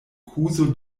kuzo